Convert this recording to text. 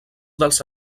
dels